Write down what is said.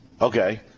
Okay